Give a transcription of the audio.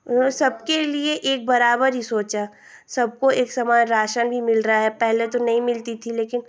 उन्होंने सबके लिए एक बराबर ही सोचा सबको एक समान राशन भी मिल रहा है पहले तो नहीं मिलता थी लेकिन